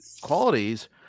qualities